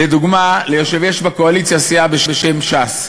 לדוגמה, יש בקואליציה סיעה בשם ש"ס.